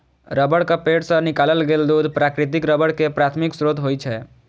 रबड़क पेड़ सं निकालल गेल दूध प्राकृतिक रबड़ के प्राथमिक स्रोत होइ छै